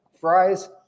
Fries